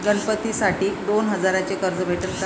गणपतीसाठी दोन हजाराचे कर्ज भेटन का?